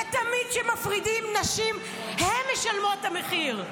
ותמיד כשמפרידים נשים הן משלמות את המחיר.